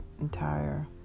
entire